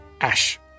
Ash